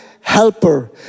helper